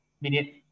minute